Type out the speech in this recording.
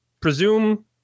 presume